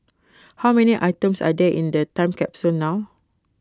how many items are there in the time capsule now